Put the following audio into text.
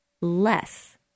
less